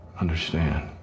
Understand